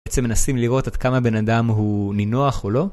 בעצם מנסים לראות עד כמה בן אדם הוא נינוח או לא.